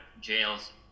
jails